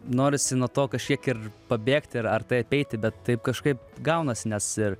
norisi nuo to kažkiek ir pabėgti ar ar tai apeiti bet taip kažkaip gaunasi nes ir